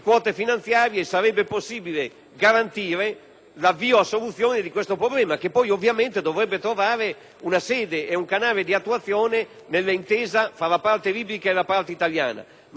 l'avvio a soluzione di questo problema, che poi ovviamente dovrebbe trovare una sede e un canale di attuazione attraverso l'intesa tra la parte libica e quella italiana. Lo Stato italiano non può però rinunciare ad un'iniziativa